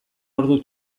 ordu